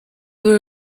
were